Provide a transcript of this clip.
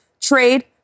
trade